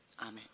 Amen